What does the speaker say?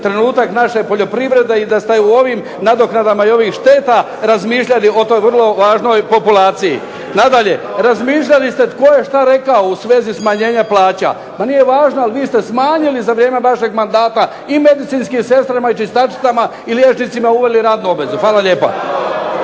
trenutak naše poljoprivrede i da ste u ovim nadoknadama i ovih šteta razmišljali o toj vrlo važnoj populaciji. Nadalje, razmišljali ste tko je šta rekao u svezi smanjenja plaća. Pa nije važno, ali vi ste smanjili za vrijeme vašeg mandata i medicinskim sestrama i čistačicama i liječnicima uveli radnu obvezu. Hvala lijepa.